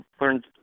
learned